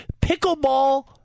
pickleball